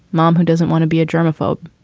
mom, who doesn't want to be a germophobe?